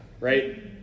right